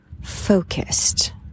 focused